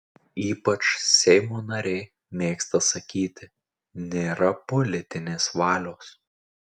ypač seimo nariai mėgsta sakyti nėra politinės valios